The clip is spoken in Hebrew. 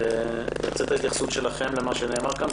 נרצה את ההתייחסות שלכם למה שנאמר כאן,